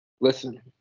Listen